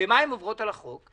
במה הן עוברות על החוק?